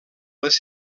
les